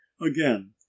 again